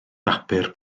bapur